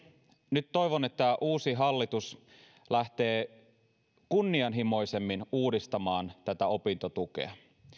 nyt toivon että uusi hallitus lähtee kunnianhimoisemmin uudistamaan tätä opintotukea